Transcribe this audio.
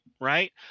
right